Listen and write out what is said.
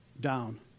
down